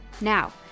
Now